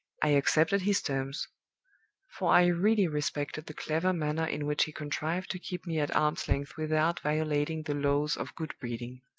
i accepted his terms for i really respected the clever manner in which he contrived to keep me at arms-length without violating the laws of good-breeding.